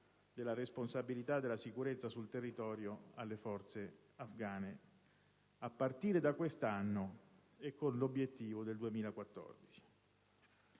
della responsabilità della sicurezza sul territorio alle forze afgane, a partire da quest'anno con l'obiettivo del 2014.